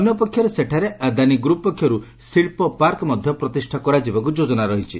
ଅନ୍ୟପକ୍ଷରେ ସେଠାରେ ଆଦାନୀ ଗ୍ରପ ପକ୍ଷରୁ ଶିକ୍କ ପାର୍କ ମଧ୍ଯ ପ୍ରତିଷ୍ଠା କରାଯିବାକୁ ଯୋଜନା ରହିଛି